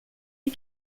die